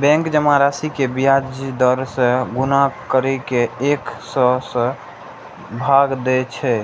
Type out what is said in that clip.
bank जमा राशि कें ब्याज दर सं गुना करि कें एक सय सं भाग दै छै